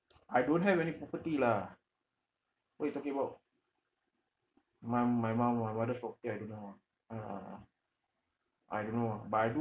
I don't have any property lah what you talking about my my mum my mother's property I don't know ah ah I don't know ah but I do